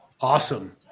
Awesome